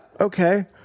Okay